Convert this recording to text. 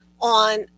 on